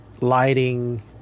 lighting